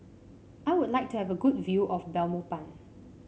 I would like to have a good view of Belmopan